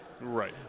Right